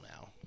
now